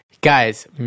guys